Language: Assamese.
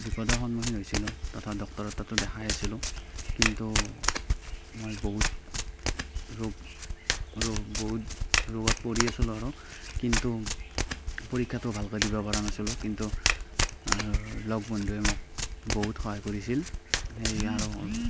বিপদৰ সন্মুখীন হৈছিলোঁ তথা ডক্টৰৰ তাতো দেখাই আছিলোঁ কিন্তু মই বহুত ৰোগ বহুত ৰোগ ৰোগত পৰি আছিলোঁ আৰু কিন্তু পৰীক্ষাটো ভালকৈ দিব পৰা নাছিলোঁ কিন্তু আ লগ বন্ধুৱে মোক বহুত সহায় কৰিছিল সেই আৰু